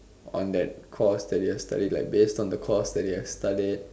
on that course that you've studied like based on the course that you've studied